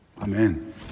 Amen